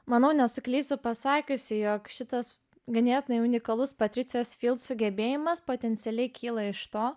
manau nesuklysiu pasakiusi jog šitas ganėtinai unikalus patricijos sugebėjimas potencialiai kyla iš to